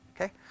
okay